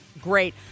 great